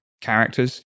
characters